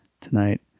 tonight